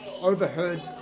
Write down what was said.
overheard